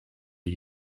are